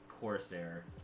Corsair